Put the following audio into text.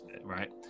right